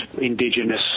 indigenous